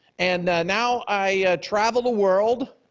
and now i travel the world,